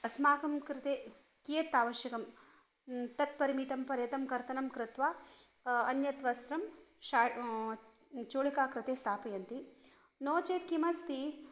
अस्माकं कृते कियत् आवश्यकं तत्परिमितं पर्यन्तं कर्तनं कृत्वा अन्यत् वस्त्रं शाटिका चोळिका कृते स्थापयन्ति नो चेत् किमस्ति